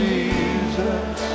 Jesus